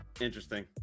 interesting